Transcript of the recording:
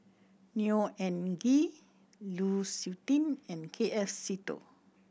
Neo Anngee Lu Suitin and K F Seetoh